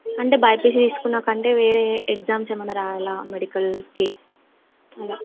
అంటే బైపిసి తీసుకున్నాక అంటే వేరే ఎగ్జామ్స్ ఏమన్నా రాయాలా మెడికల్కి అలా